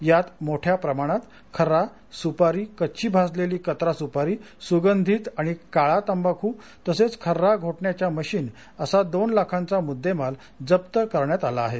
यात मोठ्या प्रमाणात खर्रा सुपारी कच्ची भाजलेली कतरा सुपारी सुगंधित आणि काळा तंबाखू तसंच खर्रा घोटण्याच्या मशीन असा दोन लाखांचा मुद्देमाल जप्त करण्यात आला आहे